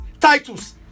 titles